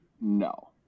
No